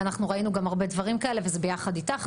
אנחנו ראינו הרבה דברים כאלה וזה ביחד איתך,